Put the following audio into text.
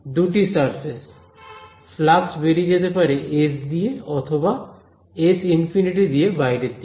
দুটি surface flux বেরিয়ে যেতে পারে S দিয়ে অথবা S∞ দিয়ে বাইরের দিকে